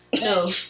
No